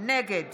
נגד